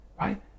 right